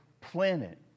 planet